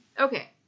Okay